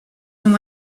and